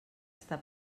està